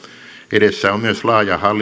edessä on myös laaja